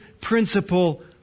principle